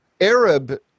Arab